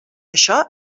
això